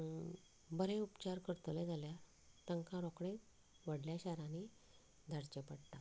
पूण बरे उपचार करतले जाल्यार तांकां रोखडेच शारांनी धाडचें पडटा